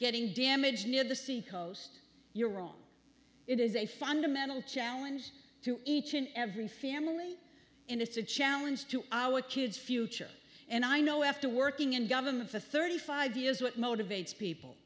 getting damage near the sea coast you're wrong it is a fundamental challenge to each and every family and it's a challenge to our kids future and i know after working in government for thirty five years what motivates people